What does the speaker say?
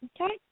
Okay